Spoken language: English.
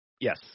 Yes